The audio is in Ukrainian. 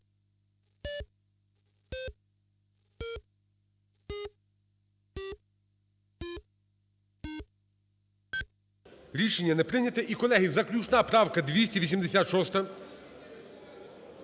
Рішення не прийняте. І, колеги, заключна правка 286.